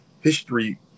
history